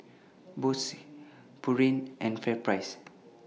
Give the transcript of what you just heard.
Bose Pureen and FairPrice